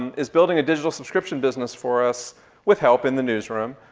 is building a digital subscription business for us with help in the newsroom